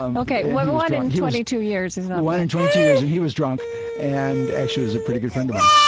um ok, one one in twenty two years is not bad one in twenty two years, and he was drunk and actually was a pretty good friend of mine.